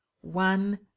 One